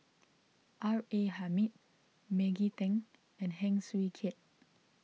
R A Hamid Maggie Teng and Heng Swee Keat